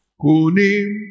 Kunim